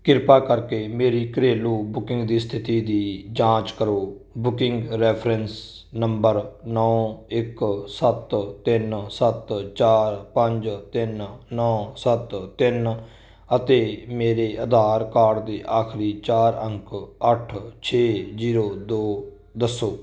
ਕਿਰਪਾ ਕਰਕੇ ਮੇਰੀ ਘਰੇਲੂ ਬੁਕਿੰਗ ਦੀ ਸਥਿਤੀ ਦੀ ਜਾਂਚ ਕਰੋ ਬੁਕਿੰਗ ਰੈਫਰੈਂਸ ਨੰਬਰ ਨੌਂ ਇੱਕ ਸੱਤ ਤਿੰਨ ਸੱਤ ਚਾਰ ਪੰਜ ਤਿੰਨ ਨੌਂ ਸੱਤ ਤਿੰਨ ਅਤੇ ਮੇਰੇ ਆਧਾਰ ਕਾਰਡ ਦੇ ਆਖਰੀ ਚਾਰ ਅੰਕ ਅੱਠ ਛੇ ਜੀਰੋ ਦੋ ਦੱਸੋ